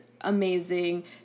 amazing